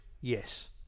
Yes